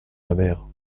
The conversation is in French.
mamère